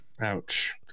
Ouch